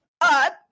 up